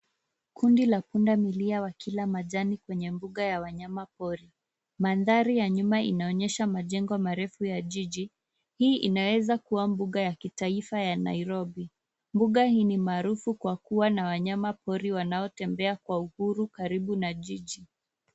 Kundi la punda milia wakila majani kwenye mbuga ya wanyama pori. Mandhari ya nyuma inaonyesha majengo marefu ya jiji. Hii inaweza kuwa mbuga ya kitaifa ya Nairobi. Mbuga hii ni maarufu kwa kuwa na wanyama pori wanaotembea kwa uhuru karibu na jiji.